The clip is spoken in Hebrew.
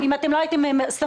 אם אתם לא הייתם באים ומדווחים,